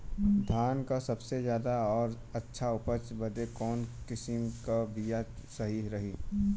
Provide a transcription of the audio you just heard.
धान क सबसे ज्यादा और अच्छा उपज बदे कवन किसीम क बिया सही रही?